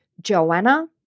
joanna